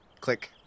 Click